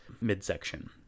midsection